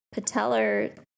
patellar